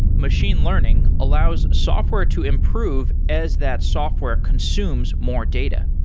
machine learning allows software to improve as that software consumes more data.